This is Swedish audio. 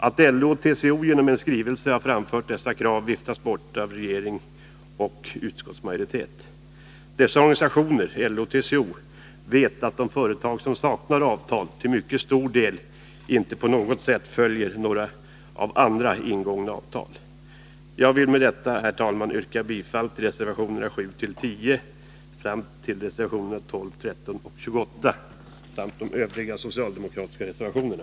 Att LO och TCO genom en skrivelse har framfört dessa krav viftas bort av regering och utskottsmajoritet. Dessa organisationer — LO och TCO -— vet att de företag som saknar avtal till mycket stor del inte på något sätt följer några av andra ingångna avtal. Jag vill med detta, herr talman, yrka bifall till reservationerna 7—10 samt till reservationerna 12, 13 och 28 liksom till de övriga socialdemokratiska reservationerna.